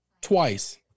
twice